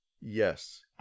Yes